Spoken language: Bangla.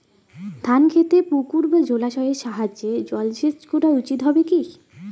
ধান খেতে পুকুর বা জলাশয়ের সাহায্যে জলসেচ করা উচিৎ হবে কি?